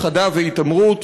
הפחדה והתעמרות.